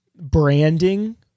branding